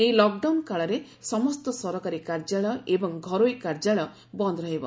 ଏହି ଲକଡାଉନ କାଳରେ ସମସ୍ତ ସରକାରୀ କାର୍ଯ୍ୟାଳୟ ଏବଂ ଘରୋଇ କାର୍ଯ୍ୟାଳୟ ବନ୍ଦ ରହିବ